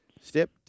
Step